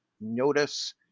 notice